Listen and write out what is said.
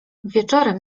wieczorem